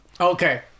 okay